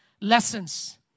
lessons